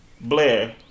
Blair